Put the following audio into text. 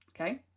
Okay